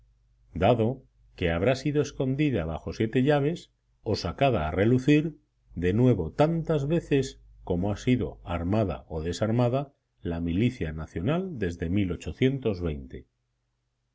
dado que habrá sido escondida bajo siete llaves o sacada a relucir de nuevo tantas veces como ha sido armada o desarmada la milicia nacional desde